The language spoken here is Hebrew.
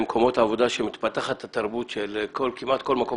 במקומות עבודה מתפתחת התרבות שכמעט כל מקום